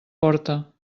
porta